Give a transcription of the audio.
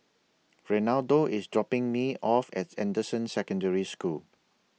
Reinaldo IS dropping Me off At Anderson Secondary School